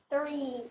three